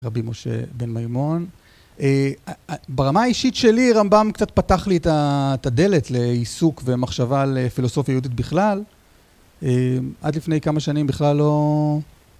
רבי משה בן מימון, ברמה האישית שלי, רמב״ם קצת פתח לי את הדלת לעיסוק ומחשבה לפילוסופיה יהודית בכלל, עד לפני כמה שנים בכלל לא...